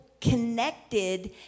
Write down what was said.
connected